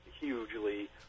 hugely